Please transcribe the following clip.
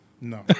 No